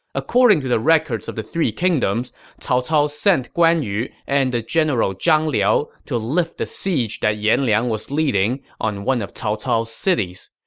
according to the records of the three kingdoms, cao cao sent guan yu and the general zhang liao to lift the siege that yan liang was leading on one of cao cao's cities.